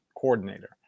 coordinator